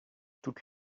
toute